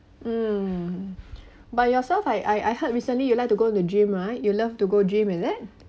mm but yourself I I heard recently you like to go to the gym right you love to go gym is it